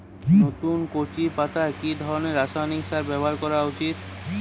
নতুন কচি পাতায় কি ধরণের রাসায়নিক সার ব্যবহার করা উচিৎ?